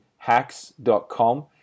Hacks.com